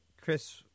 Chris